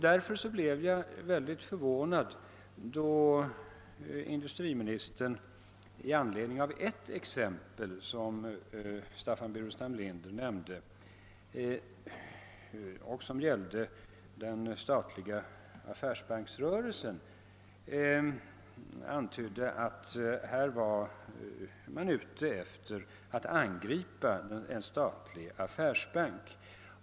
Därför blev jag mycket förvånad då industriministern med anledning av ett exempel som herr Burenstam Linder nämnde — det gällde den statliga affärsbanksrörelsen — antydde att interpellanten ville angripa en statlig affärsbank.